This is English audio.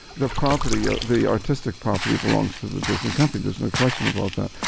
the property, ah the artistic property belongs to the disney company. there's no question about that.